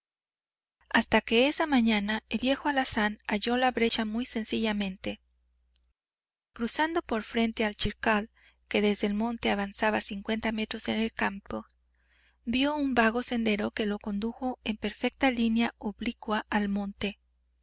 hasta que esa mañana el viejo alazán halló la brecha muy sencillamente cruzando por frente al chircal que desde el monte avanzaba cincuenta metros en el campo vió un vago sendero que lo condujo en perfecta línea oblicua al monte